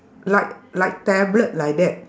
like like tablet like that